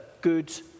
good